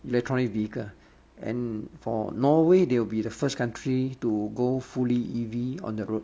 electronic vehicle and for norway they will be the first country to go fully E_V on the road